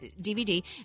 DVD